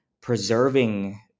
preserving